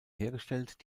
hergestellt